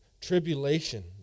tribulation